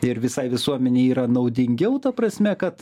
ir visai visuomenei yra naudingiau ta prasme kad